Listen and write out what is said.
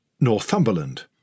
Northumberland